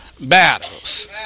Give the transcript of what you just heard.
Battles